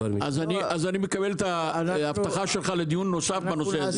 אני מקבל את ההבטחה שלך לדיון נוסף בנושא הזה.